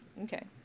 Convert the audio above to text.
Okay